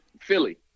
Philly